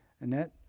Annette